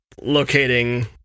Locating